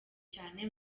cyane